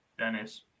Dennis